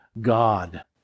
God